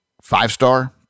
five-star